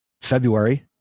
February